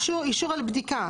אישור, אישור על בדיקה.